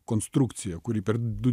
konstrukcija kuri per du